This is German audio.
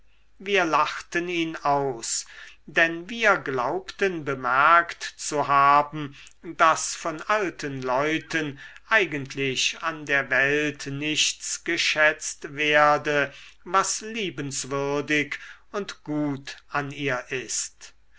wir lachten ihn aus denn wir glaubten bemerkt zu haben daß von alten leuten eigentlich an der welt nichts geschätzt werde was liebenswürdig und gut an ihr ist